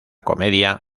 comedia